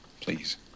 Please